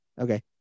Okay